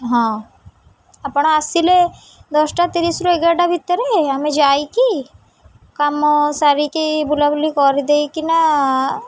ହଁ ଆପଣ ଆସିଲେ ଦଶଟା ତିରିଶିରୁ ଏଗାରଟା ଭିତରେ ଆମେ ଯାଇକି କାମ ସାରିକି ବୁଲାବୁଲି କରିଦେଇକିନା